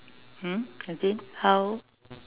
hmm again how